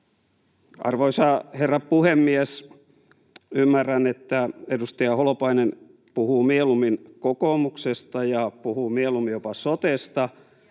Arvoisa herra puhemies! Ymmärrän, että edustaja Holopainen puhuu mieluummin kokoomuksesta ja puhuu mieluummin jopa sotesta